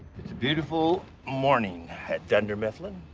it's a beautiful morning at dunder-mifflin.